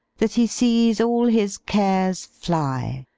that he sees all his cares fly,